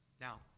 Now